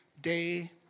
day